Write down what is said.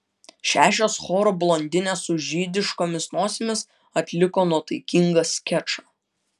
šešios choro blondinės su žydiškomis nosimis atliko nuotaikingą skečą